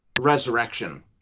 resurrection